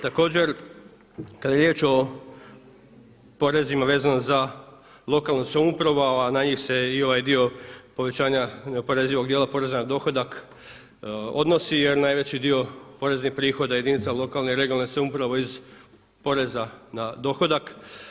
Također kad je riječ o porezima vezano za lokalnu samoupravu a na njih se i ovaj dio povećanja neoporezivog djela poreza na dohodak odnosi jer najveći dio poreznih prihoda jedinica lokalne i regionalne samouprave iz poreza na dohodak.